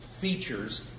features